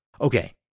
Okay